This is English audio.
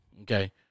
Okay